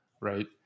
Right